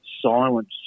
silence